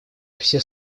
все